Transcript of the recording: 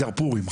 הדרפורים,